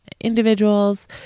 individuals